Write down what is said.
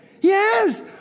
Yes